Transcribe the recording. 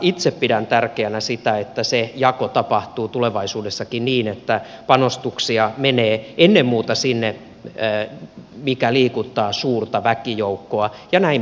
itse pidän tärkeänä sitä että se jako tapahtuu tulevaisuudessakin niin että panostuksia menee ennen muuta sinne mikä liikuttaa suurta väkijoukkoa ja näin meneekin